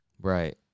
right